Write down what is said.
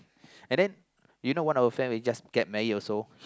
and then you know one of friend just get married also